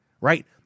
right